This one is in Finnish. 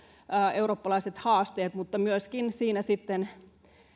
eurooppalaiset haasteet mutta siinä sitten